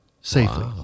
safely